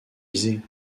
visés